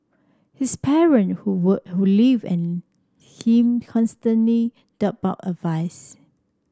his parent who work who live an him constantly doled out advice